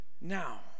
now